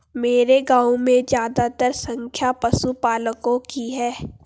मेरे गांव में ज्यादातर संख्या पशुपालकों की है